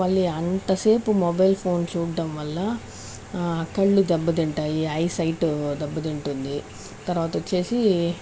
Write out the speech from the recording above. మళ్ళీ అంతసేపు mobile phone చూడడం వల్ల కళ్ళు దెబ్బతింటాయి ఐ సైటు దెబ్బతింటుంది తర్వాత వచ్చేసి